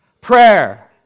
prayer